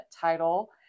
title